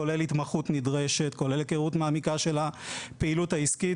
כולל התמחות נדרשת והיכרות מעמיקה של הפעילות העסקית.